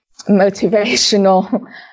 motivational